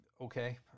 okay